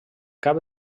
cap